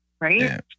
right